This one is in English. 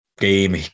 game